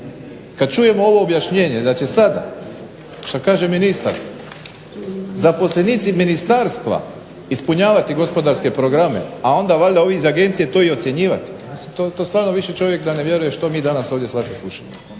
kad čujemo ovo objašnjenje da će sada šta kaže ministar zaposlenici ministarstva ispunjavati gospodarske programe a onda ovi valjda iz agencije to i ocjenjivat. Mislim to stvarno više da čovjek da ne vjeruje što mi danas ovdje svašta